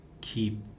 keep